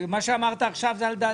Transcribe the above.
מה שאמרת עכשיו זה על דעתי.